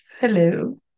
Hello